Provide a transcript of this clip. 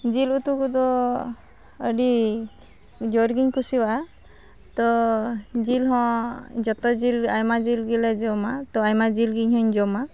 ᱡᱤᱞ ᱩᱛᱩᱠᱚᱫᱚ ᱟᱹᱰᱤ ᱡᱳᱨᱜᱮᱧ ᱠᱩᱥᱤᱣᱟᱜᱼᱟ ᱛᱚ ᱡᱤᱞᱦᱚᱸ ᱡᱚᱛᱚᱡᱤᱞ ᱟᱭᱢᱟ ᱡᱤᱞᱜᱮᱞᱮ ᱡᱚᱢᱟ ᱛᱚ ᱟᱭᱢᱟ ᱡᱤᱞᱜᱮ ᱤᱧᱦᱚᱸᱧ ᱡᱚᱢᱟ